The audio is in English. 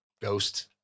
ghost